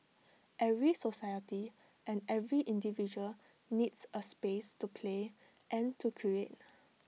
every society and every individual needs A space to play and to create